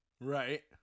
Right